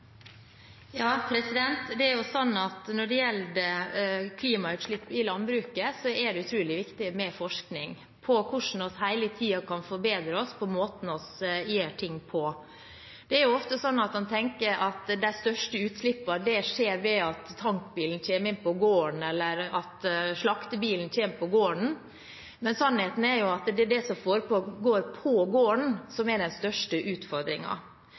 gjelder klimagassutslipp fra landbruket, er det utrolig viktig med forskning på hvordan vi hele tiden kan forbedre oss i måten å gjøre ting på. Det er ofte sånn at man tenker at de største utslippene skjer ved at tankbilen kommer inn på gården, eller at slaktebilen kommer inn på gården, men sannheten er at det er det som foregår på gården, som er den største